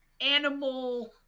animal